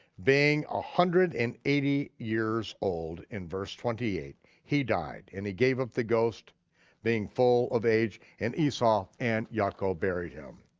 being one ah hundred and eighty years old in verse twenty eight, he died and he gave up the ghost being full of age, and esau and yaakov buried him.